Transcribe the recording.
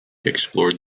explored